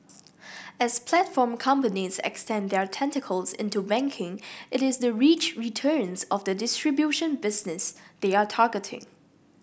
as platform companies extend their tentacles into banking it is the rich returns of the distribution business they are targeting